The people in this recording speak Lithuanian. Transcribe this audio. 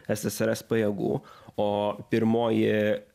ssrs pajėgų o pirmoji